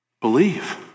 Believe